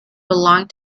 belong